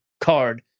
card